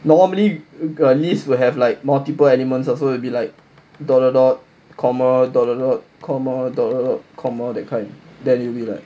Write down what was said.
normally a list will have like multiple elements ah so it'll be like dot dot dot comma dot dot dot comma dot dot dot comma that kind then it will be like